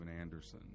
Anderson